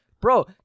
Bro